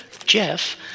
jeff